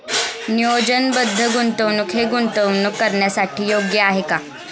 नियोजनबद्ध गुंतवणूक हे गुंतवणूक करण्यासाठी योग्य आहे का?